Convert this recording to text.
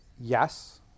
yes